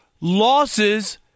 losses